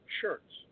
shirts